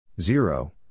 Zero